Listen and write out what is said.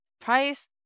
price